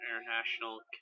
International